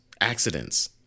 accidents